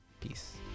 Peace